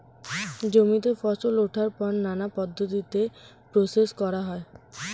জমিতে ফসল ওঠার পর নানা পদ্ধতিতে প্রসেস করা হয়